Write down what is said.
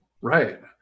Right